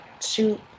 shoot